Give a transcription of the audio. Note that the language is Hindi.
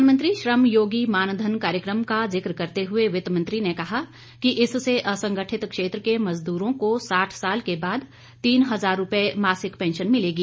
प्रधानमंत्री श्रम योगी मानधन कार्यक्रम का जिक्र करते हुए वित्तमंत्री ने कहा कि इससे असंगठित क्षेत्र के मजदूरों को साठ साल के बाद तीन हजार रुपये मासिक पेंशन मिलेगी